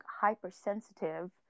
hypersensitive